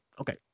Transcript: Okay